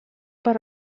per